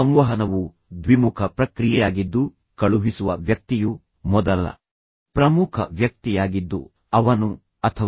ಸಂವಹನವು ದ್ವಿಮುಖ ಪ್ರಕ್ರಿಯೆಯಾಗಿದ್ದು ಕಳುಹಿಸುವ ವ್ಯಕ್ತಿಯು ಮೊದಲ ಪ್ರಮುಖ ವ್ಯಕ್ತಿಯಾಗಿದ್ದು ಅವನು ಅಥವಾ